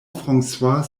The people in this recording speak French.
françois